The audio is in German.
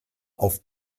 auf